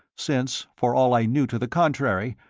since, for all i knew to the contrary,